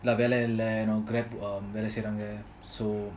வெள்ளை இல்ல வெள்ளை சேருங்க:vellai illa vellai seiranga so